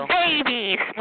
babies